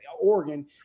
Oregon